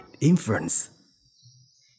inference